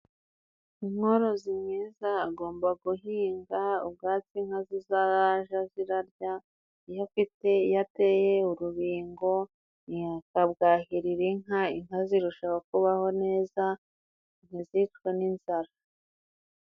Umworozi mwiza agomba guhinga ubwatsi inka zizaja zirarya, iyo afite iyo ateye urubingo, akabwahirira inka inka zirushaho kubaho neza, ntizicwe n'inzara.